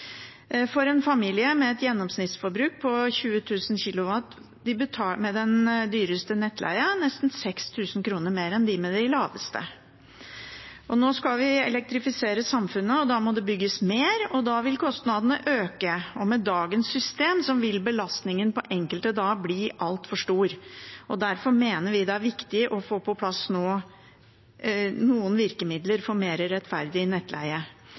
En familie med et gjennomsnittsforbruk på 20 000 kWh i året betaler med den dyreste nettleien nesten 6 000 kr mer enn de med den laveste. Nå skal vi elektrifisere samfunnet. Da må det bygges mer, og kostnadene vil øke. Med dagens system vil belastningen på enkelte da bli altfor stor. Derfor mener vi det nå er viktig å få på plass noen virkemidler for mer rettferdig nettleie.